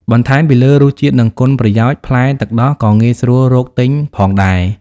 បន្ថែមពីលើរសជាតិ និងគុណប្រយោជន៍ ផ្លែទឹកដោះក៏ងាយស្រួលរកទិញផងដែរ។